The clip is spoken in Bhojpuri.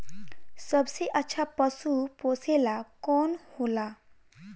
सबसे अच्छा पशु पोसेला कौन होला?